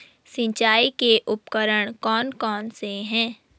सिंचाई के उपकरण कौन कौन से हैं?